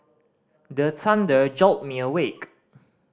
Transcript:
the thunder jolt me awake